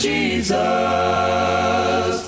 Jesus